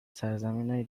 سرزمینای